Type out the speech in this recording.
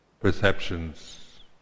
perceptions